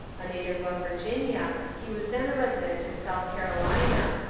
a native of virginia, he was then a resident in south carolina,